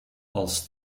als